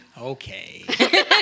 Okay